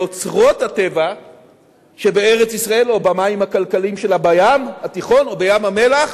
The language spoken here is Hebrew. ואוצרות הטבע שבארץ-ישראל או במים הכלכליים שלה בים התיכון או בים-המלח